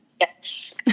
Yes